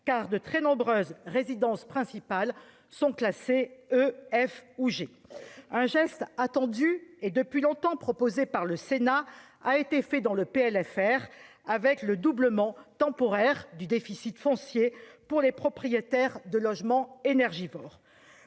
car de très nombreuses résidences principales sont classés E, F ou G, un geste attendu et depuis longtemps proposé par le Sénat, a été fait dans le PLFR avec le doublement temporaire du déficit foncier pour les propriétaires de logements énergivores